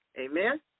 Amen